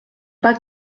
pas